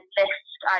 list